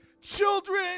children